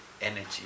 energy